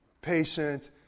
patient